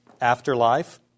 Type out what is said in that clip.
afterlife